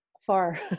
far